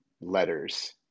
letters